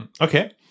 Okay